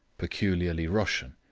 peculiarly russian,